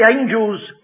angels